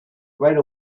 right